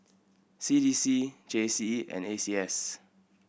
C D C J C E and A C S